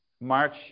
March